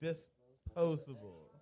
Disposable